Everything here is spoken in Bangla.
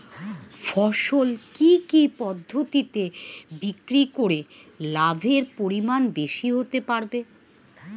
ফসল কি কি পদ্ধতি বিক্রি করে লাভের পরিমাণ বেশি হতে পারবে?